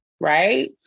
right